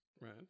right